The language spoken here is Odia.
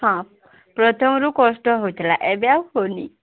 ହଁ ପ୍ରଥମରୁ କଷ୍ଟ ହେଉଥିଲା ଏବେ ଆଉ ହେଉନି